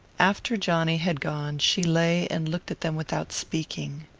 after johnny had gone she lay and looked at them without speaking.